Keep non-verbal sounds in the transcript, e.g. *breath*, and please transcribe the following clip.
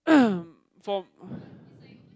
*coughs* from *breath*